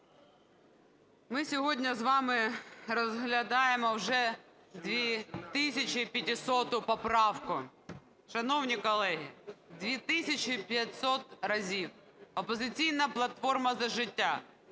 Ми сьогодні з вами розглядаємо вже 2500 поправку. Шановні колеги, 2500 разів "Опозиційна платформа – За життя"